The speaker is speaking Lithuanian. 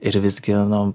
ir visgi nu